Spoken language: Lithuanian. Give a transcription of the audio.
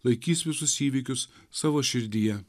laikys visus įvykius savo širdyje